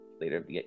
later